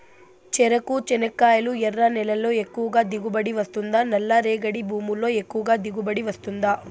చెరకు, చెనక్కాయలు ఎర్ర నేలల్లో ఎక్కువగా దిగుబడి వస్తుందా నల్ల రేగడి భూముల్లో ఎక్కువగా దిగుబడి వస్తుందా